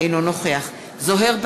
אינו נוכח גלעד ארדן,